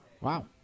Wow